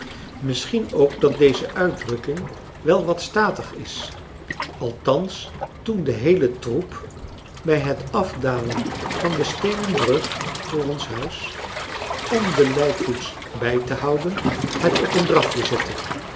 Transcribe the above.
misschien ook dat deze uitdrukking wel wat statig is althans toen de heele troep bij het afdalen van de steenen brug voor ons huis om de lijkkoets bij te houden het op een drafje zette